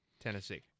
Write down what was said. Tennessee